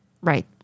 Right